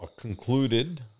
concluded